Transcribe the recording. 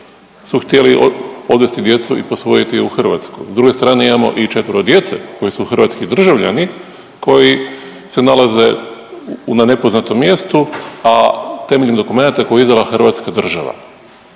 su htjeli odvesti djecu i posvojiti ih, u Hrvatsku. S druge strane imamo i 4-ero djece koji su hrvatski državljani koji se nalaze na nepoznatom mjestu, a temeljem dokumenata koje je izdala hrvatska država.